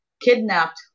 kidnapped